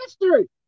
history